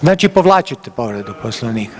Znači povlačite povredu Poslovnika?